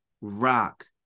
rock